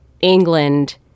England